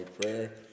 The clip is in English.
prayer